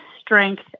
strength